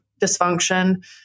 dysfunction